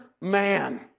man